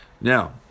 now